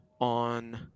on